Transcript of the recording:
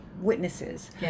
witnesses